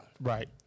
Right